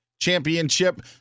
Championship